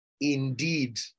indeed